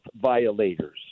violators